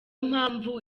mpamvu